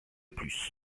plus